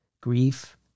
grief